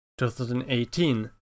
2018